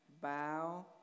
Bow